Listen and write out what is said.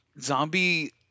zombie